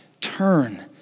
turn